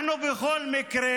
אנחנו, בכל מקרה,